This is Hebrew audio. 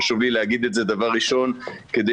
חשוב לי לומר את זה כדבר ראשון כדי